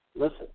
Listen